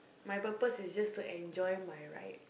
my purpose to just to enjoy my life